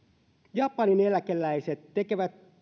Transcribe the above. japanin eläkeläiset tekevät